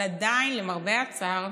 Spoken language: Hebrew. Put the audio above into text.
אבל עדיין, למרבה הצער,